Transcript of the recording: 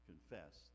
confess